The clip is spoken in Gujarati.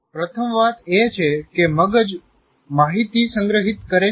પ્રથમ વાત એ છે કે મગજ માહિતી સંગ્રહિત કરે છે